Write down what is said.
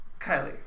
Kylie